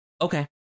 Okay